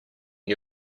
you